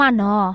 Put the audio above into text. no